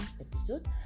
episode